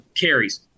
carries